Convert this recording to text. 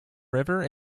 river